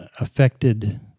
affected